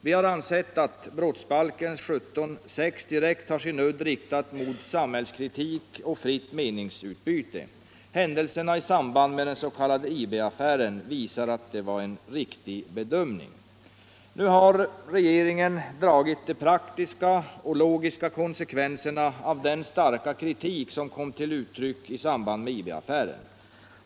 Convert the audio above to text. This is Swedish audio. Vi har ansett att brottsbalkens 17:6 direkt har sin udd riktad mot samhällskritik och fritt meningsutbyte. Händelserna i samband med den s.k. IB-affären visar att det var en riktig bedömning. Nu har regeringen dragit de praktiska och logiska konsekvenserna av den starka kritik som kom till uttryck i samband med IB-affären.